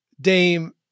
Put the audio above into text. Dame